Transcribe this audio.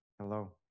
Hello